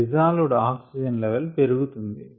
dissolved oxygen level పెరుగుతుంది